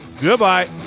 Goodbye